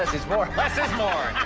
les, it's more. less is more!